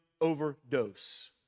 overdose